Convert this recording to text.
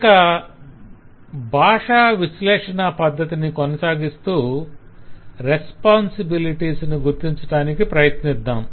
ఇక భాషవిశ్లేషణ పద్దతిని కొనసాగిస్తూ రెస్పాన్సిబిలిటీస్ ను గుర్తించటానికి ప్రయత్నిద్దాం